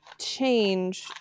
change